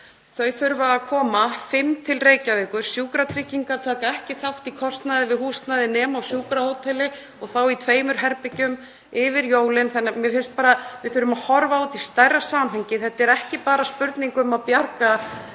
Þau þurfa að koma fimm til Reykjavíkur. Sjúkratryggingar taka ekki þátt í kostnaði við húsnæði nema á sjúkrahóteli og þá í tveimur herbergjum yfir jólin. Mér finnst við þurfa að horfa á þetta í stærra samhengi. Þetta er ekki bara spurning um að bjarga lífi